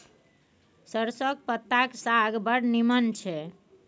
सरिसौंक पत्ताक साग बड़ नीमन छै